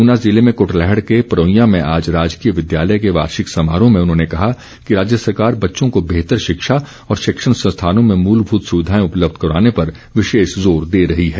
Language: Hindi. ऊना जिले में कुटलैहड़ के परोइयां में आज राजकीय विद्यालय के वार्षिक समारोह में उन्होंने कहा कि राज्य सरकार बच्चों को बेहतर शिक्षा और शिक्षण संस्थानों में मूलभूत सुविधाएं उपलब्य करवाने पर विशेष जोर दे रही है